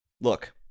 look